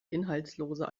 inhaltsloser